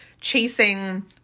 chasing